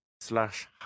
slash